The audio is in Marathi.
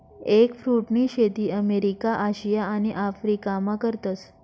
एगफ्रुटनी शेती अमेरिका, आशिया आणि आफरीकामा करतस